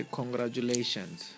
Congratulations